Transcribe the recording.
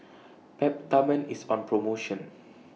Peptamen IS on promotion